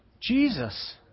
Jesus